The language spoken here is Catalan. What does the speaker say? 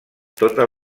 totes